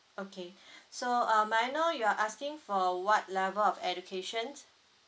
okay so um may I know you're asking for what level of education